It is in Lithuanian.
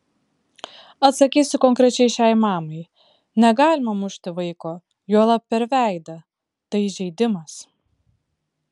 atsakysiu konkrečiai šiai mamai negalima mušti vaiko juolab per veidą tai įžeidimas